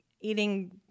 eating